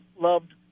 loved